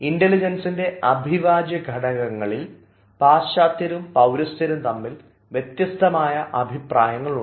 ഇൻറലിജൻസിൻറെ അവിഭാജ്യഘടകങ്ങളിൽ പാശ്ചാത്യരും പൌരസ്ത്യരും തമ്മിൽ വ്യത്യസ്തമായ അഭിപ്രായങ്ങൾ ഉണ്ട്